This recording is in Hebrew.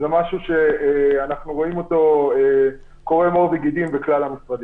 זה משהו שאנחנו רואים שקורם עור וגידים בכל המשרדים.